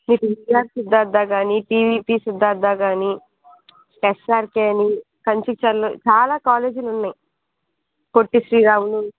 మీకు పిబి సిద్ధార్ధ కానీ పీవీపీ సిద్ధార్ధ కానీ ఎస్ఆర్కే అని కంకిచర్ల చాలా కాలేజీలు ఉన్నాయి పొట్టి శ్రీరాములు